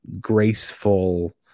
graceful